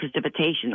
precipitation